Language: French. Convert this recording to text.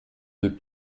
deux